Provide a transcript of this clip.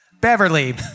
Beverly